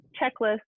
checklists